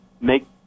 make